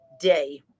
day